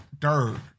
third